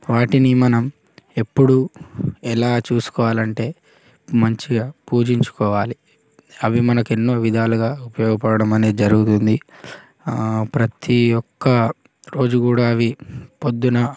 వాటిని మనం ఎప్పుడూ ఎలా చూసుకోవాలి అంటే మంచిగా పూజించుకోవాలి అవి మనకు ఎన్నో విధాలుగా ఉపయోగపడమని జరుగుతుంది ప్రతి ఒక్క రోజు కూడా అవి పొద్దున